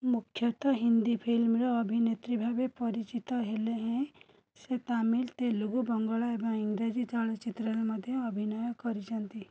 ମୁଖ୍ୟତଃ ହିନ୍ଦୀ ଫିଲ୍ମର ଅଭିନେତ୍ରୀ ଭାବେ ପରିଚିତ ହେଲେ ହେଁ ସେ ତାମିଲ ତେଲୁଗୁ ବଙ୍ଗଳା ଏବଂ ଇଂରାଜୀ ଚଳଚ୍ଚିତ୍ରରେ ମଧ୍ୟ ଅଭିନୟ କରିଛନ୍ତି